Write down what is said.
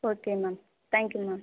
okay ma'am thank you ma'am